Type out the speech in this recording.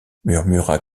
murmura